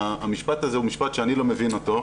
המשפט הזה הוא משפט שאני לא מבין אותו,